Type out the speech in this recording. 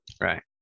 Right